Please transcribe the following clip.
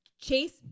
Chase